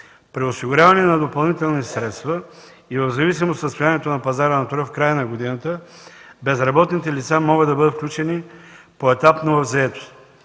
При осигуряване на допълнителни средства и в зависимост от състоянието на пазара на труда в края на годината безработните лица могат да бъдат включени поетапно в заетост.